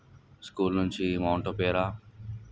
school నుంచి Mount Opera